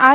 I